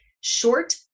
short